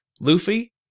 Luffy